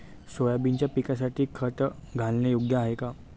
सोयाबीनच्या पिकासाठी खत घालणे योग्य आहे का?